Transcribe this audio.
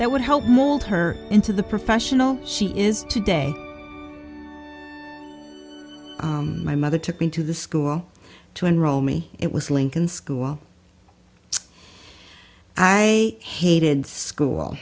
that would help mold her into the professional she is today my mother took me to the school to enroll me it was lincoln school i hated school